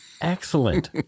Excellent